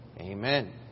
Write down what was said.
Amen